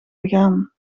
begaan